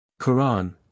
Quran